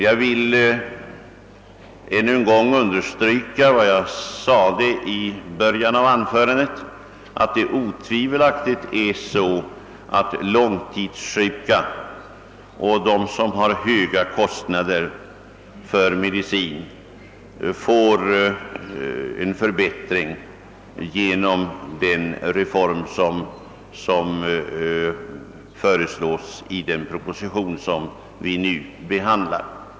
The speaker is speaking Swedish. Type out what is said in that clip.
Jag vill ännu en gång understryka vad jag sade i början av mitt anförande, nämligen att långtidssjuka och andra som har höga kostnader för medicin otvivelaktigt får en förbättring genom den reform som föreslås i den proposition som vi nu behandlar.